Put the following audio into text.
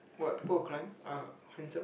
what people who climb are handsome